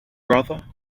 brother